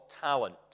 Talent